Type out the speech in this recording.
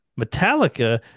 Metallica